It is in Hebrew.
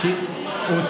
איזה בתי חולים?